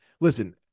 listen